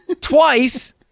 twice